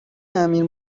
امیر